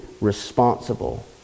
responsible